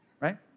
right